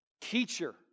teacher